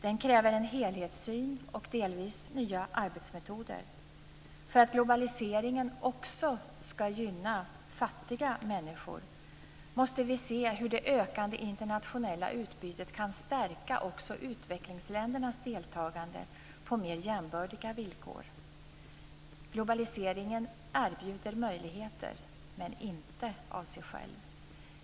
Den kräver en helhetssyn och delvis nya arbetsmetoder. För att globaliseringen också ska gynna fattiga människor måste vi se hur det ökande internationella utbytet kan stärka också utvecklingsländernas deltagande på mer jämbördiga villkor. Globaliseringen erbjuder möjligheter, men det går inte av sig självt.